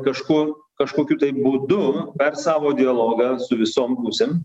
kažkur kažkokiu būdu per savo dialogą su visom pusėm